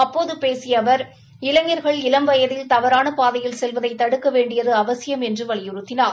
ஆப்போது பேசிய அவர் இளைஞர்கள் இளம் வயதில் தவறான பாதையில் செல்வதை தடுக்க வேண்டியது அவசியம் என்று வலியுறுத்தினார்